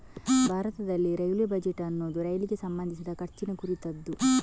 ಭಾರತದಲ್ಲಿ railway budget ಅನ್ನುದು ರೈಲಿಗೆ ಸಂಬಂಧಿಸಿದ ಖರ್ಚಿನ ಕುರಿತದ್ದು